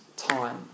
Time